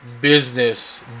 business